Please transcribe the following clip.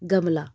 गमला